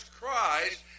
Christ